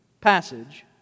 passage